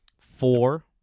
Four